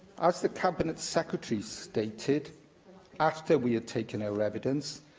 as the cabinet secretary stated after we had taken our evidence,